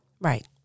Right